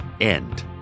end